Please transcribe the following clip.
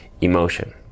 emotion